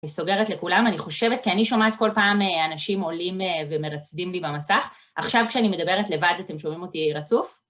אני סוגרת לכולם, אני חושבת, כי אני שומעת כל פעם, אנשים עולים ומרצדים לי במסך. עכשיו, כשאני מדברת לבד אתם שומעים אותי רצוף?